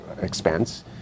expense